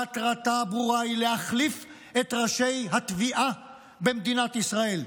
מטרתה ברורה: להחליף את ראשי התביעה במדינת ישראל,